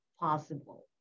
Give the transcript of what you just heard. possible